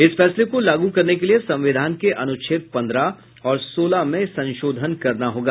इस फैसले को लागू करने के लिए संविधान के अनुच्छेद पन्द्रह और सोलह में संशोधन करना होगा